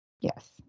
Yes